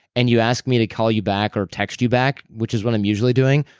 and you ask me to call you back or text you back, which is what i'm usually doing,